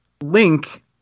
link